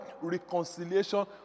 reconciliation